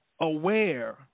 aware